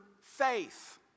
faith